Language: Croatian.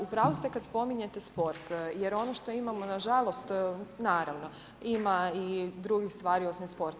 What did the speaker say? U pravu ste kada spominjete sport, jer ono što imamo nažalost, naravno, ima i drugih stvari osim sporta.